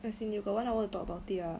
as in you got one hour to talk about it ah